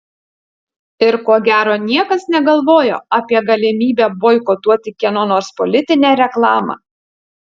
ir ko gero niekas negalvojo apie galimybę boikotuoti kieno nors politinę reklamą